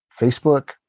Facebook